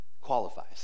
qualifies